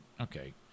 okay